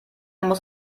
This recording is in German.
muss